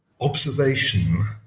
observation